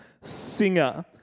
singer